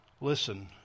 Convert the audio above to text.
listen